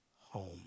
home